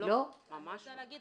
ממש לא.